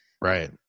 right